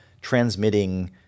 transmitting